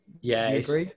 Yes